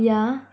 yeah